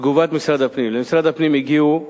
תגובת משרד הפנים: למשרד הפנים הגיעו